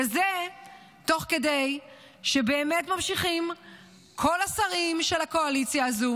וזה תוך כדי שבאמת כל השרים של הקואליציה הזו